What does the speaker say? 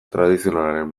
tradizionalaren